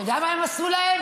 אתה יודע מה הם עשו להם?